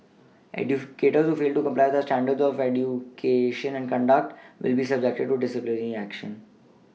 educators who fail to comply with our standards of new cation and conduct discipline will be subjected to disciplinary action